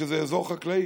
כשזה אזור חקלאי,